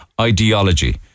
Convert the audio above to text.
ideology